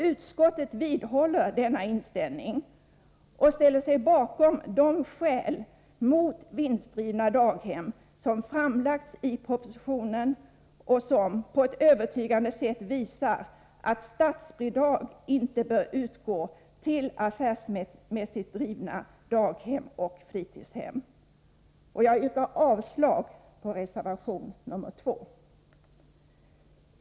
Utskottet vidhåller denna inställning och ställer sig bakom de skäl mot vinstdrivna daghem som framlagts i propositionen, och som på ett övertygande sätt visar att statsbidrag inte bör utgå till affärsmässigt drivna daghem och fritidshem. Jag yrkar avslag på reservation nr 2.